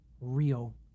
real